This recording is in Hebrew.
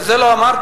את זה לא אמרתי.